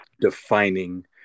defining